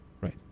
right